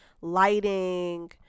lighting